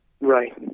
Right